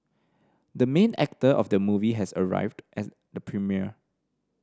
the main actor of the movie has arrived as the premiere